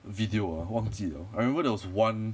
video ah 我忘记 liao I remember there was one